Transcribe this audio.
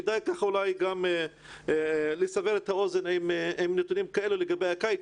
כדאי לסבר את האוזן עם נתונים כאלה לגבי הקיץ,